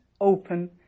open